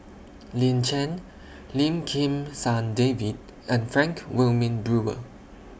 Lin Chen Lim Kim San David and Frank Wilmin Brewer